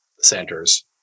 centers